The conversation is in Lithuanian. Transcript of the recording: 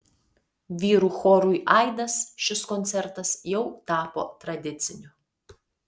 vyrų chorui aidas šis koncertas jau tapo tradiciniu